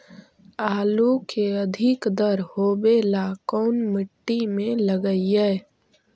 आलू के अधिक दर होवे ला कोन मट्टी में लगीईऐ?